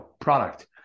product